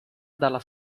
dalla